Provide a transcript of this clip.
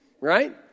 Right